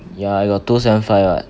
ya I got two seven five [what]